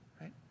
right